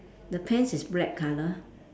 the pants is black colour